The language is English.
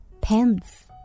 Pants